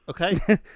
Okay